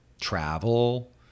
travel